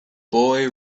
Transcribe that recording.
boy